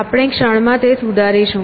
આપણે ક્ષણમાં તે સુધારીશું